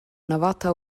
navata